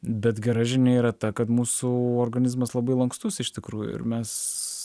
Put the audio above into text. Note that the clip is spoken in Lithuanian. bet gera žinia yra ta kad mūsų organizmas labai lankstus iš tikrųjų ir mes